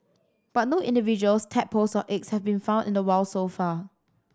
but no individuals tadpoles or eggs have been found in the wild so far